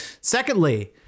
Secondly